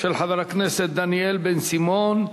של חבר הכנסת דניאל בן-סימון.